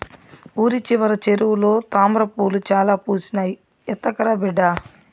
ఊరి చివర చెరువులో తామ్రపూలు చాలా పూసినాయి, ఎత్తకరా బిడ్డా